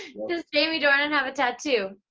does jamie dornan have a tattoo?